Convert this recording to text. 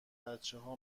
بچهها